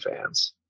fans